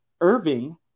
irving